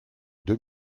deux